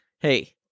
Hey